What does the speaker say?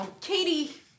Katie